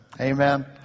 Amen